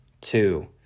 two